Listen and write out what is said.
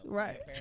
right